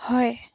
হয়